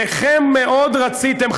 שניכם מאוד רציתם,